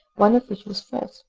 one of which was false.